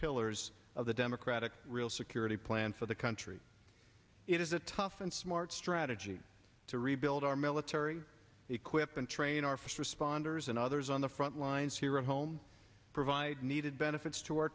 pillars of the democratic real security plan for the country it is a tough and smart strategy to rebuild our military equip and train our first responders and others on the front lines here at home provide needed benefits to our